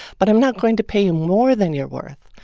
but i'm not going to pay more than you're worth.